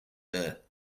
there